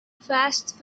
fast